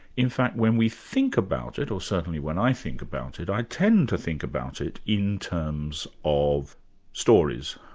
in fact when we think about it, or certainly when i think about it, i tend to think about it in terms of stories,